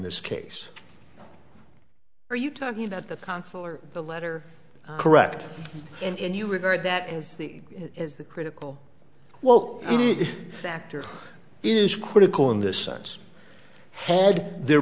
this case are you talking about the consular the letter correct and you regard that as the is the critical well factor is critical in this sense had there